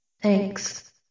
Thanks